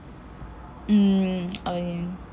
mm ya lor